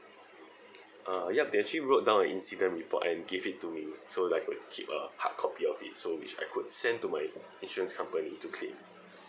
uh yup they actually wrote down an incident report and gave it to me so like we keep a hard copy of it so which I could send to my insurance company to claim